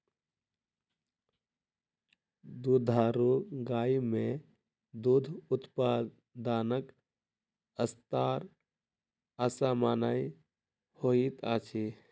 दुधारू गाय मे दूध उत्पादनक स्तर असामन्य होइत अछि